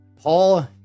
Paul